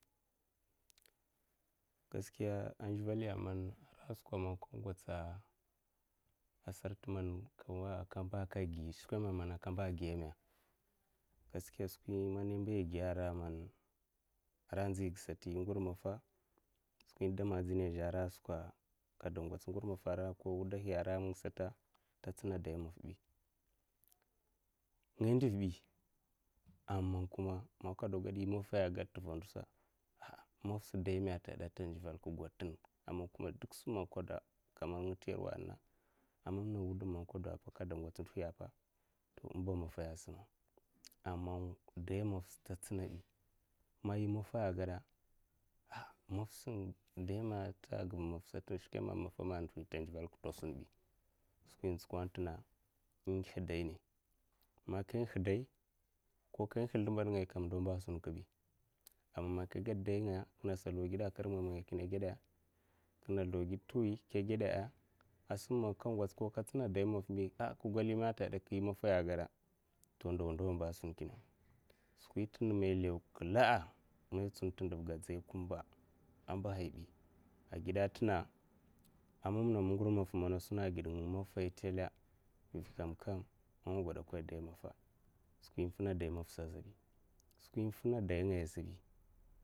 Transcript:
Gaskiya a ndivelya man ka ngatsa sart man kawa'a kamba kagi skwame kamba giyame gaskiya skwi man a wa igiya ara inzigasata ingur maffa skwi man damajinya zhu ara skwa'a. Kada ngots ngur maffa arako wudahi ra nga sata ta tsina dai maffa bi ngandivbi a man kuma ma kada geda imaffaiya tivandusa ha'a maffsa daimu a tageda a man kuma duk simman kadu kaman nga ta yaru a mamna wudum man kadepa a kade gwats ndohiyapa im ba maffahiya a sima'a, a man daimaffa ta tsinabi man yi maffaya a kagoda ha'a, maffsa daime ta geu maffsata skwemu mattameando ta ndivelka ta sumbi skwi intsikadta ingihdaine man ka hingih daine koka hingih sldimbad ngayakam ndo man sunkibi a man ka ged daingaya kinasa sldawgida a karmamnga kina guda'a, kina sldaw gid tiwi kina guda'a, a sim man ka gwats ko ka tsina dai maffbi ka golimea a tagudek imaffaya a, ka guda to ndawa ndawa mba sunkina intina man ilaw kla'a, man itsun ta ndavga ai dzai kumba ai mbahaibi agida tina a mamna ngur maffai nga maffai tela'a, vi kakam a nga godokaiya dai maffal skwi infina dai maffa skwi infina daingaya azhebi.